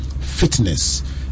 fitness